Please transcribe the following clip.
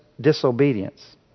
disobedience